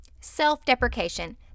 Self-deprecation